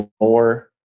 more